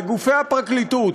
לגופי הפרקליטות,